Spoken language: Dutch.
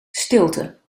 stilte